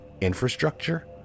infrastructure